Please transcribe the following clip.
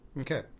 Okay